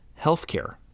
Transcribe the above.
healthcare